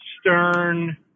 stern